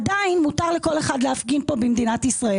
עדיין מותר לכל אחד להפגין במדינת ישראל.